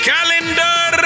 Calendar